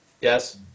yes